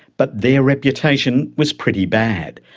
but their reputation was pretty bad,